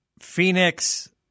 Phoenix